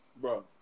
Bro